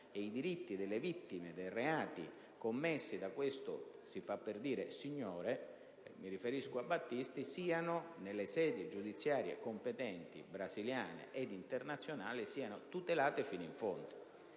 e i diritti delle vittime dei reati commessi da questo - si fa per dire - signore, siano nelle sedi giudiziarie competenti, brasiliane ed internazionali, tutelati fino in fondo.